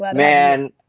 man.